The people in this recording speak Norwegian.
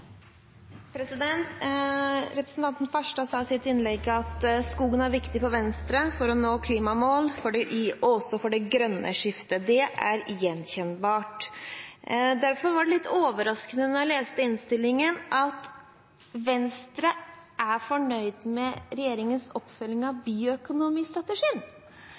Venstre for å nå klimamål og også for det grønne skiftet. Det er gjenkjennbart. Derfor var det litt overraskende da jeg leste innstillingen, at Venstre er fornøyd med regjeringens oppfølging av bioøkonomistrategien.